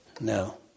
no